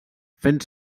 fent